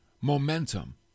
Momentum